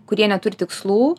kurie neturi tikslų